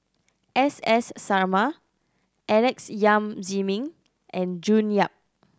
S S Sarma Alex Yam Ziming and June Yap